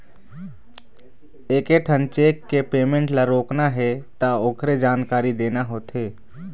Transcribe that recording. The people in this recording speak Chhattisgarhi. एकेठन चेक के पेमेंट ल रोकना हे त ओखरे जानकारी देना होथे